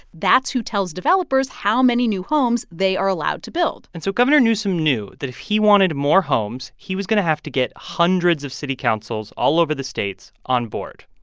that's who tells developers how many new homes they are allowed to build and so governor newsom knew that if he wanted more homes, he was going to have to get hundreds of city councils all over the state on board,